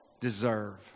deserve